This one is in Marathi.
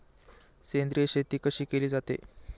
सेंद्रिय शेती कशी केली जाते?